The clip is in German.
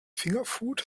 fingerfood